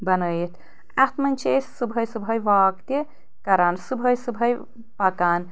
بنٲیِتھ اتھ منٛز چھِ أسۍ صُبحٲے صُبحٲے واک تہِ کران صُبحٲے صُبحٲے پکان